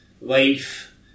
life